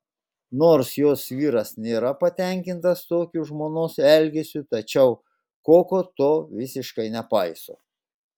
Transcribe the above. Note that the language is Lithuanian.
nors jos vyras nėra patenkintas tokiu žmonos elgesiu tačiau koko to visiškai nepaiso